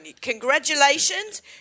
Congratulations